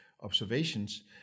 observations